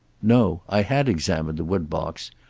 no. i had examined the woodbox.